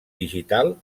digital